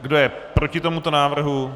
Kdo je proti tomuto návrhu?